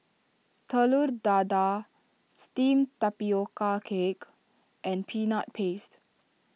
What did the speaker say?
Telur Dadah Steamed Tapioca Cake and Peanut Paste